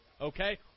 okay